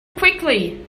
quickly